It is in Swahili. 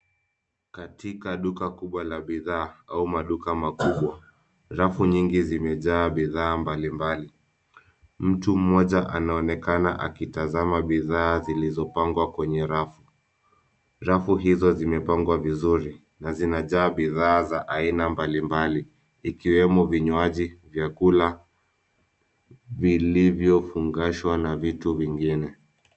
Katika duka kubwa la bidhaa au maduka makubwa, rafu nyingi zimejaa bidhaa mbalimbali. Mtu mmoja anaonekana akitazama bidhaa zilizopangwa kwenye rafu. Rafu hizo zimepangwa vizuri na zinajaa bidhaa za mbalimbali ikiwemo vinywaji, vyakula vilivyovugashwa na vitu vingine.